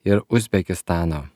ir uzbekistano